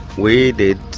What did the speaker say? we did,